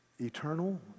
eternal